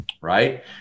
right